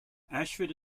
ashford